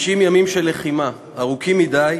50 ימים של לחימה, ארוכים מדי,